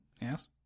yes